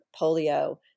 polio